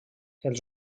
els